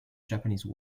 japanese